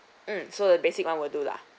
um so the basic one will do lah